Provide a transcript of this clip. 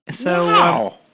Wow